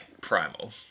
primal